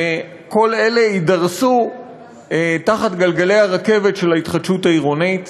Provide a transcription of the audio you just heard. וכל אלה יידרסו תחת גלגלי הרכבת של ההתחדשות העירונית.